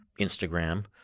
Instagram